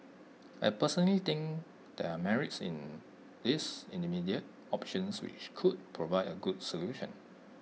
I personally think there are merits in these intermediate options which could provide A good solution